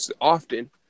often